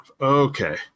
Okay